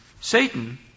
Satan